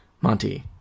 Monty